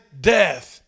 death